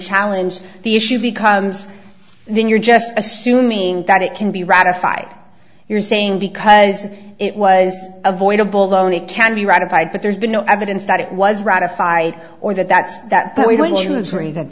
challenge the issue becomes then you're just assuming that it can be ratified you're saying because it was avoidable loan it can be ratified but there's been no evidence that it was ratified or that that's that we don't